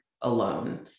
alone